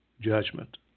judgment